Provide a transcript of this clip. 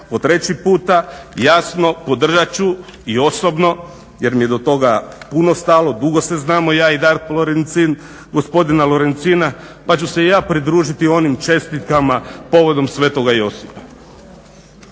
po treći puta jasno podržat ću i osobno, jer mi je do toga puno stalo, dugo se znamo ja i Darko Lorencin, gospodina Lorencina pa ću se i ja pridružiti onim čestitkama povodom Svetoga Josipa.